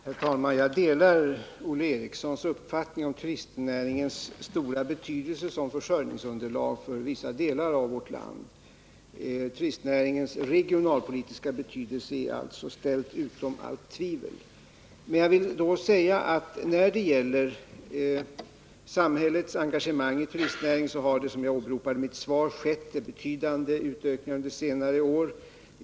Herr talman! Jag delar Olle Erikssons uppfattning om turistnäringens stora betydelse som försörjningsunderlag för vissa delar av vårt land. Turistnäringens regionalpolitiska betydelse är alltså ställd utom allt tvivel. När det gäller samhällets engagemang i turistnäringen har det, som jag åberopade i mitt svar, skett en betydande utökning under senare år.